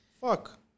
Fuck